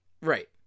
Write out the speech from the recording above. Right